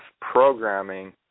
programming